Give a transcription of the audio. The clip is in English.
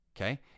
Okay